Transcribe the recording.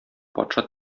патша